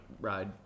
ride